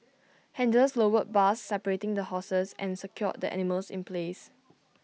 handlers lowered bars separating the horses and secured the animals in place